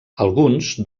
alguns